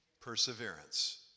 Perseverance